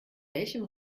welchem